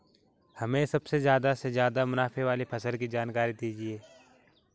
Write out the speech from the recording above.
हमें सबसे ज़्यादा से ज़्यादा मुनाफे वाली फसल की जानकारी दीजिए